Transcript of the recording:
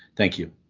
thank you.